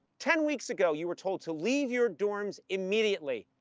ten weeks ago, you were told to leave your dorms immediately,